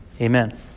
amen